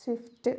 swift